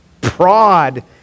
prod